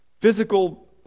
physical